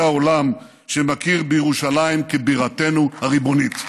העולם שמכיר בירושלים כבירתנו הריבונית.